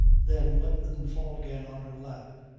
then let them fall again on her lap.